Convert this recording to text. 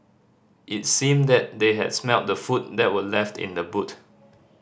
it seemed that they had smelt the food that were left in the boot